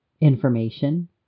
information